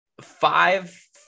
five